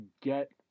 get